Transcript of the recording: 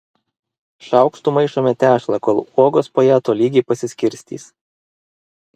šaukštu maišome tešlą kol uogos po ją tolygiai pasiskirstys